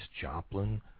Joplin